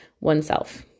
oneself